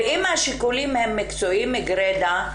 ואם השיקולים מקצועיים גרידא,